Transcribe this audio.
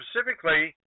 specifically